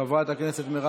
חברת הכנסת מרב